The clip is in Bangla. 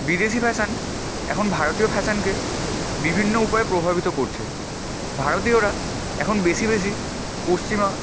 বিদেশি ফ্যাশন এখন ভারতীয় ফ্যাশনকে বিভিন্ন উপায়ে প্রভাবিত করছে ভারতীয়রা এখন বেশি বেশি পশ্চিমা